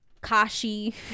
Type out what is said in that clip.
kashi